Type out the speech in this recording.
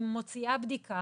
היא מוציאה בדיקה